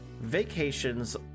Vacations